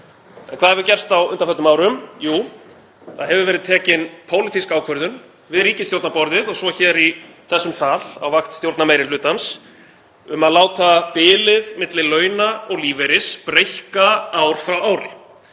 En hvað hefur gerst á undanförnum árum? Jú, það hefur verið tekin pólitísk ákvörðun við ríkisstjórnarborðið og svo hér í þessum sal á vakt stjórnarmeirihlutans um að láta bilið milli launa og lífeyris breikka ár frá ári.